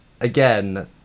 Again